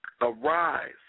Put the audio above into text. Arise